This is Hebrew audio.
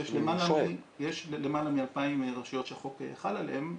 ויש למעלה מ-2,000 רשויות שהחוק חל עליהן,